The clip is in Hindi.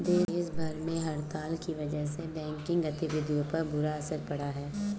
देश भर में हड़ताल की वजह से बैंकिंग गतिविधियों पर बुरा असर पड़ा है